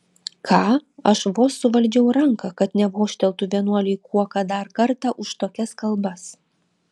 ką aš vos suvaldžiau ranką kad nevožteltų vienuoliui kuoka dar kartą už tokias kalbas